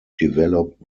develop